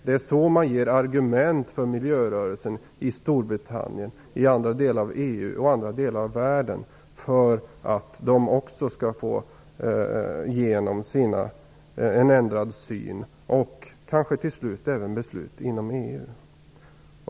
Det är så man ger argument för miljörörelsen i Storbritannien, i andra delar av EU och i andra delar av världen för att de skall få igenom en ändrad syn och kanske till slut även beslut inom EU.